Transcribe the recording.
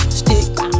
stick